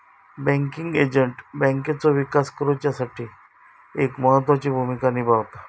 banking agent बँकेचो विकास करुच्यासाठी एक महत्त्वाची भूमिका निभावता